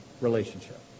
relationship